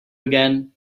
again